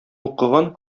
укыган